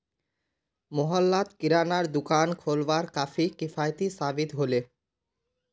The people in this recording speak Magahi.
मोहल्लात किरानार दुकान खोलवार काफी किफ़ायती साबित ह ले